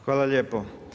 Hvala lijepo.